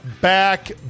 back